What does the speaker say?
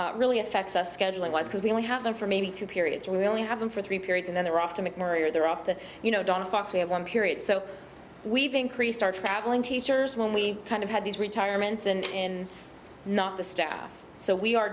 really affects us scheduling was because we only have them for maybe two periods we only have them for three periods and then they're off to mcmurray or they're off to you know donna fox we have one period so we've increased our traveling teachers when we kind of had these retirements in not the staff so we are